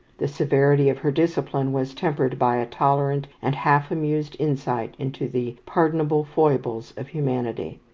the severity of her discipline was tempered by a tolerant and half-amused insight into the pardonable foibles of humanity.